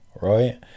right